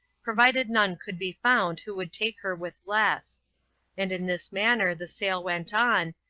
provided none could be found who would take her with less and in this manner the sale went on,